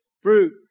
fruit